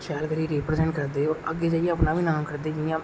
शैल करियै रिप्रजेंट करदे शैल करियै अपना बी नां करदे